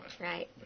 Right